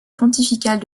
pontificale